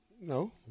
no